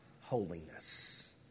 holiness